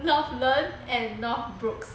northland and northbrooks